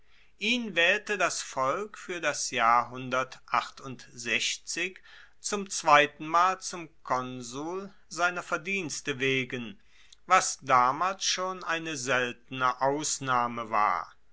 ihn waehlte das volk fuer das jahr zum zweitenmal zum konsul seiner verdienste wegen was damals schon eine seltene ausnahme war